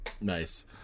nice